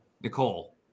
Nicole